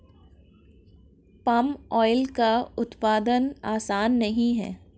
palm oil का उत्पादन आसान नहीं है